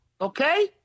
okay